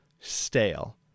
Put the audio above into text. stale